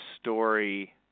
story